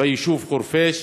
ביישוב חורפיש